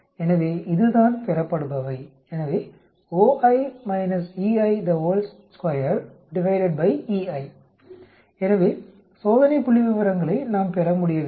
எனவே இதுதான் பெறப்படுபவை எனவே எனவே சோதனை புள்ளிவிவரங்களை நாம் பெற முடிய வேண்டும்